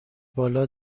بالا